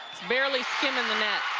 it's barely skimming the net.